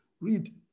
Read